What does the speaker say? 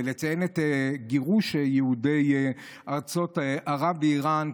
ולציין את גירוש יהודי ארצות ערב ואיראן,